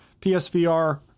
PSVR